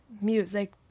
music